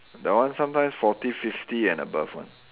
that one sometimes forty fifty and above one